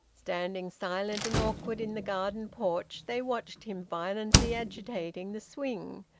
standing silent and awkward in the garden porch, they watched him violently agitating the swing,